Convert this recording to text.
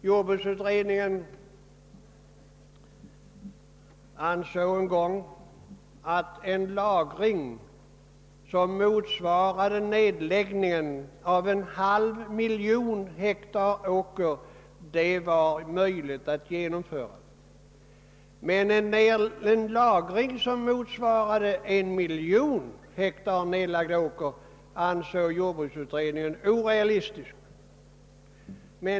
Jordbruksutredningen ansåg en gång att en lagring som motsvarar nedlägg ningen av en halv miljon hektar åker var möjlig att genomföra, men en lagring som motsvarar 1 miljon hektar nedlagd åker bedömde den som orealistisk.